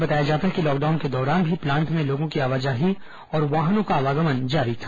बताया जाता है कि लॉकडाउन के दौरान भी प्लांट में लोगों की आवाजाही और वाहनों का आवागमन जारी था